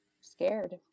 scared